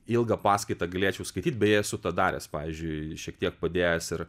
ilgą paskaitą galėčiau skaityt beje esu tą daręs pavyzdžiui šiek tiek padėjęs ir